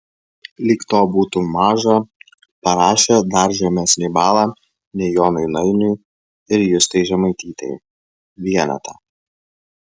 lyg to būtų maža parašė dar žemesnį balą nei jonui nainiui ir justei žemaitytei vienetą